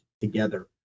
together